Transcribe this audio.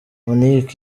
monique